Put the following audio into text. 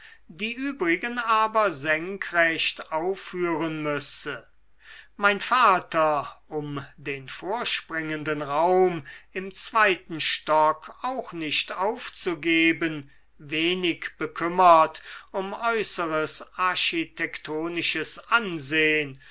die übrigen aber senkrecht aufführen müsse mein vater um den vorspringenden raum im zweiten stock auch nicht aufzugeben wenig bekümmert um äußeres architektonisches ansehen